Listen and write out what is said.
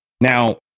Now